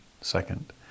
second